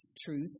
truth